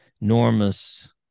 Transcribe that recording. enormous